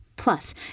Plus